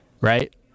right